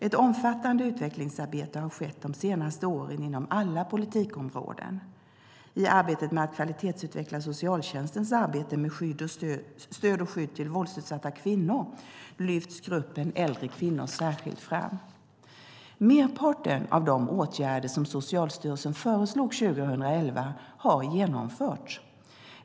Ett omfattande utvecklingsarbete har skett de senaste åren inom alla politikområden. I arbetet med att kvalitetsutveckla socialtjänstens arbete med stöd och skydd till våldsutsatta kvinnor lyfts gruppen äldre kvinnor särskilt fram. Merparten av de åtgärder som Socialstyrelsen föreslog 2011 har genomförts.